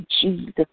Jesus